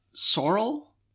Sorrel